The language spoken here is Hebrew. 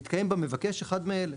מתקיים במבקש אחד מאלה: